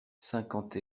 cinquante